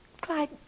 Clyde